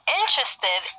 interested